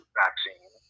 vaccine